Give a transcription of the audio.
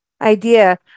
idea